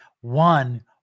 one